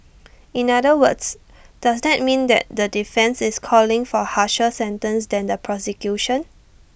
in other words does that mean that the defence is calling for harsher sentence than the prosecution